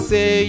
Say